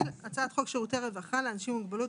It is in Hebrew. הצעת חוק שירותי רווחה לאנשים עם מוגבלות,